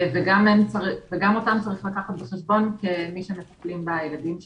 וגם אותם צריך לקחת בחשבון כמי שמטפלים בילדים שלנו.